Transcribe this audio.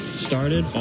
Started